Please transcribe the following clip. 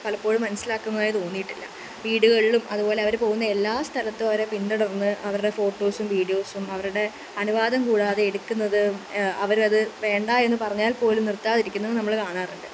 പലപ്പോഴും മനസിലാക്കുന്നതായി തോന്നിയിട്ടില്ല വീടുകളിലും അതുപോലെ അവർ പോകുന്ന എല്ലാ സ്ഥലത്തും അവരെ പിന്തുടർന്ന് അവരുടെ ഫോട്ടോസും വീഡിയോസും അവരുടെ അനുവാദം കൂടാതെ എടുക്കുന്നത് അവരത് വേണ്ട എന്നു പറഞ്ഞാൽപ്പോലും നിർത്താതിരിക്കുന്നതും നമ്മൾ കാണാറുണ്ട്